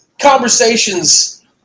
conversations